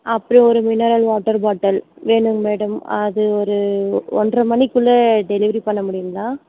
அப்புறம் ஒரு mineral water bottle வேணுங்க மேடம் அது ஒரு ஒன்றரை மணிக்குள்ள டெலிவரி பண்ண முடியுங்களா